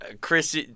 Chris